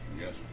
Yes